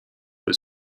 was